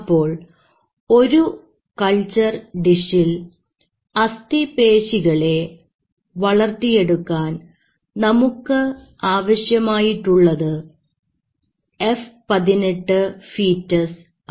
അപ്പോൾ ഒരു കൾച്ചർ ഡിഷിൽ അസ്ഥി പേശികളെ വളർത്തിയെടുക്കാൻ നമുക്ക് ആവശ്യമായിട്ടുള്ളത് F 18 ഫീറ്റസ് ആണ്